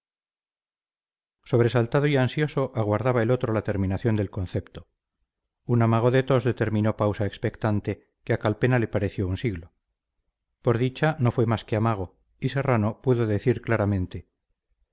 sobresaltado y ansioso aguardaba el otro la terminación del concepto un amago de tos determinó pausa expectante que a calpena le pareció un siglo por dicha no fue más que amago y serrano pudo decir claramente